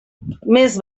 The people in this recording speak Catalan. més